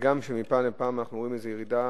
הגם שמפעם לפעם אנחנו רואים איזו ירידה